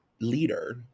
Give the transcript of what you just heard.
leader